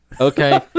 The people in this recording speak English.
Okay